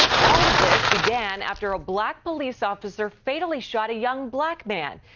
all of this began after a black police officer fatally shot a young black man.